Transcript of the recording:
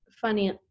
funny